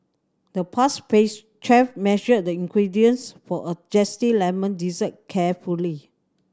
the pastry chef measured the ingredients for a zesty lemon dessert carefully